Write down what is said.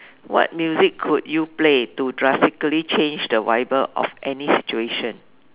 what music could you play to drastically change the vibe of any situation